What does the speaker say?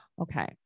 Okay